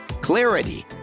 Clarity